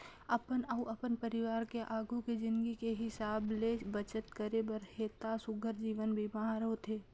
अपन अउ अपन परवार के आघू के जिनगी के हिसाब ले बचत करे बर हे त सुग्घर जीवन बीमा हर होथे